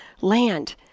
land